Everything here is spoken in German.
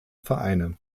vereine